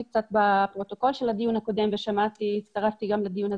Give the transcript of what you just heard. את הפרוטוקול - וגם לדיון הזה הצטרפתי באיחור.